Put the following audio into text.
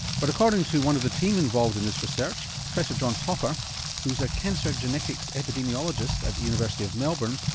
but according to one of the team involved in this research, professor john hopper who's a cancer genetics epidemiologist at the university of melbourne,